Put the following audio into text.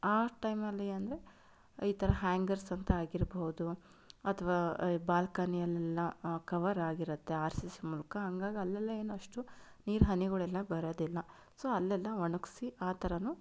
ಆ ಟೈಮಲ್ಲಿ ಅಂದರೆ ಈ ಥರ ಹ್ಯಾಂಗರ್ಸ್ ಅಂತ ಆಗಿರಬಹುದು ಅಥವಾ ಬಾಲ್ಕನಿಯಲ್ಲೆಲ್ಲ ಕವರ್ ಆಗಿರುತ್ತೆ ಆರ್ ಸಿ ಸಿ ಮೂಲಕ ಹಾಗಾಗಿ ಅಲ್ಲೆಲ್ಲ ಏನಷ್ಟು ನೀರ ಹನಿಗಳೆಲ್ಲ ಬರೋದಿಲ್ಲ ಸೊ ಅಲ್ಲೆಲ್ಲ ಒಣಗಿಸಿ ಆ ಥರವೂ